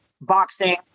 boxing